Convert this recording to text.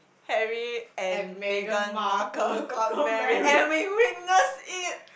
Harry and Megan-Markle got married and we witnessed it